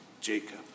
Jacob